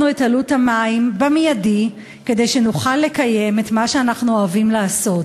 את עלות המים במיידי כדי שנוכל לקיים את מה שאנחנו אוהבים לעשות,